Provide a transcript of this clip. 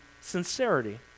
sincerity